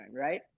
right